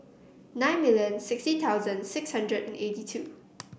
nine million sixty thousand six hundred and eighty two